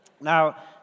Now